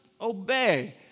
obey